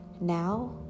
Now